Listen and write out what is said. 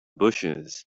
bushes